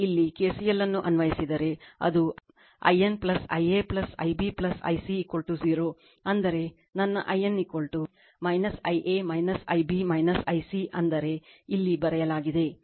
ಈಗ ಇಲ್ಲಿ KCL ಅನ್ನು ಅನ್ವಯಿಸಿದರೆ ಅದು i n Ia Ib i c 0 ಅಂದರೆ ನನ್ನ i n Ia Ib i c ಅಂದರೆ ಇಲ್ಲಿ ಬರೆಯಲಾಗಿದೆ